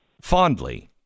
fondly